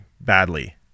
badly